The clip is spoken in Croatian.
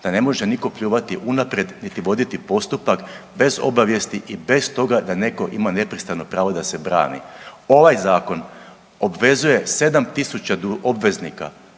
da ne može nitko pljuvati unaprijed, niti voditi postupak bez obavijesti i bez toga da netko ima nepristrano pravo da se brani. Ovaj Zakon obvezuje 7 tisuća obveznika